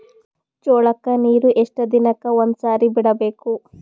ಜೋಳ ಕ್ಕನೀರು ಎಷ್ಟ್ ದಿನಕ್ಕ ಒಂದ್ಸರಿ ಬಿಡಬೇಕು?